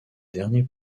derniers